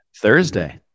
thursday